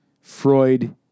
Freud